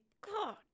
God